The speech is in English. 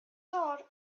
dawn